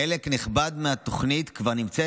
חלק נכבד מהתוכנית כבר נמצא